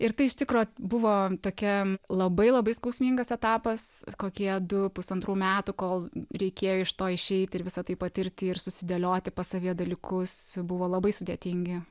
ir tai iš tikro buvo tokia labai labai skausmingas etapas kokie du pusantrų metų kol reikėjo iš to išeiti ir visa tai patirti ir susidėlioti savyje dalykus buvo labai sudėtingi